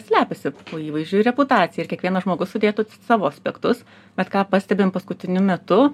slepiasi po įvaizdžiui ir reputacijai ir kiekvienas žmogus sudėtų savo aspektus bet ką pastebim paskutiniu metu